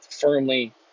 firmly